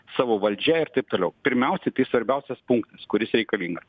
savo valdžia ir taip toliau pirmiausiai tai svarbiausias punktas kuris reikalingas